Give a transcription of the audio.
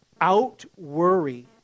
out-worry